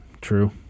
true